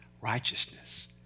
Righteousness